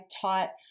taught